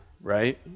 right